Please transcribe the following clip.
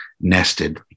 nested